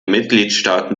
mitgliedstaaten